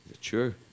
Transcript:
Sure